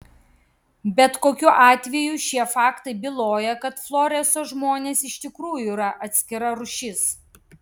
bet kokiu atveju šie faktai byloja kad floreso žmonės iš tikrųjų yra atskira rūšis